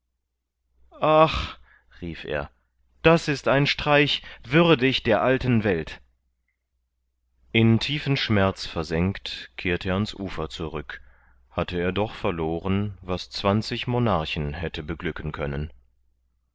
rief er das ist ein streich würdig der alten welt in tiefen schmerz versenkt kehrt er ans ufer zurück hatte er doch verloren was zwanzig monarchen hätte beglücken können